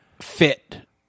fit